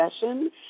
session